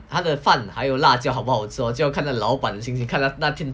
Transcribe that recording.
他的饭还有辣椒好不好做就要看到老板心情